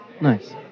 Nice